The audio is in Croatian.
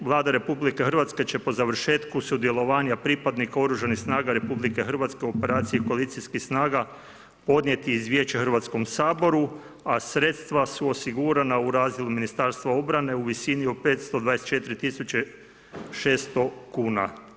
Vlada RH će po završetku sudjelovanja pripadnika Oružanih snaga RH u operaciji koalicijskih snaga podnijeti izvješće Hrvatskom saboru, a sredstva su osigurana u razdjelu Ministarstva obrane u visini od 524 600 kuna.